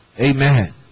amen